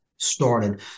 started